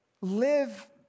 Live